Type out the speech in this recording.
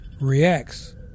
reacts